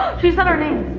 she said our names.